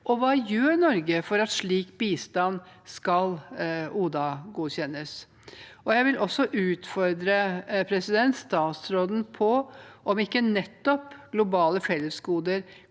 og hva gjør Norge for at slik bistand skal ODA-godkjennes? Jeg vil også utfordre statsråden på om ikke nettopp globale fellesgoder